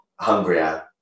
hungrier